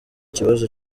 kibazo